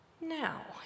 Now